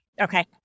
Okay